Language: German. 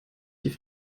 die